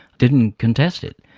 didn't contest it,